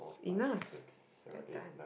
enough we are done